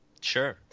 Sure